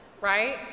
right